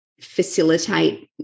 facilitate